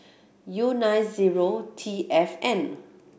U nine zero T F N